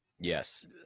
Yes